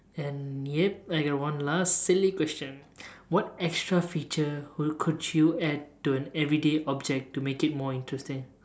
and yup I got one last silly question what extra feature would could you add to an everyday object to make it more interesting